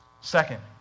Second